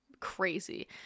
crazy